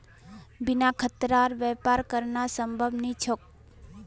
बिना खतरार व्यापार करना संभव नी छोक